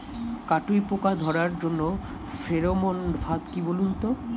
কাটুই পোকা ধরার জন্য ফেরোমন ফাদ কি বলুন তো?